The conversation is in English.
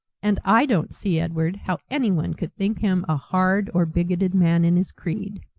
and i don't see, edward, how anyone could think him a hard or bigoted man in his creed.